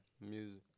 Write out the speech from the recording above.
music